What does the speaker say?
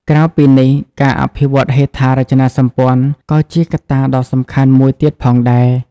ក្រៅពីនេះ ការអភិវឌ្ឍហេដ្ឋារចនាសម្ព័ន្ធ ក៏ជាកត្តាដ៏សំខាន់មួយទៀតផងដែរ។